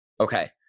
Okay